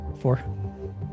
four